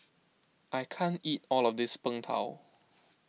I can't eat all of this Png Tao